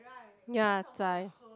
ya zai